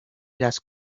las